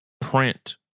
print